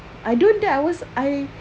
I don't dare I was I